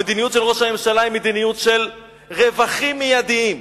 המדיניות של ראש הממשלה היא מדיניות של רווחים מיידיים,